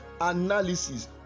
analysis